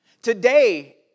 Today